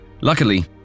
Luckily